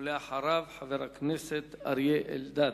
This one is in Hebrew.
ואחריו, חבר הכנסת אריה אלדד.